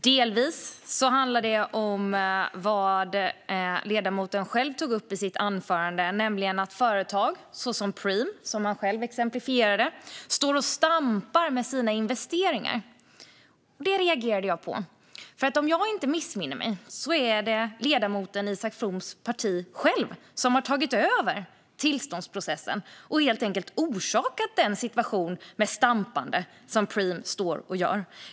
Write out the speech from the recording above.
Det handlar också om det som ledamoten själv tog upp i sitt anförande, nämligen att företag som Preem, som han själv exemplifierade med, står och stampar med sina investeringar. Det reagerade jag på, för om jag inte missminner mig är det ledamoten Isak Froms parti självt som har tagit över tillståndsprocessen och helt enkelt orsakat denna situation med Preems stampande.